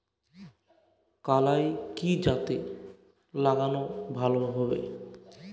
কলাই কি জাতে লাগালে ভালো হবে?